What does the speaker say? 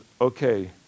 okay